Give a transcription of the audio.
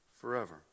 forever